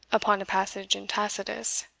upon a passage in tacitus.